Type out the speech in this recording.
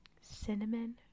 Cinnamon